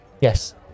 Yes